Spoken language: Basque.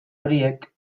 horiek